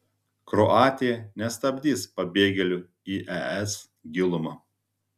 kroatija nestabdys pabėgėlių į es gilumą